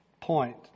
point